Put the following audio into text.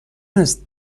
است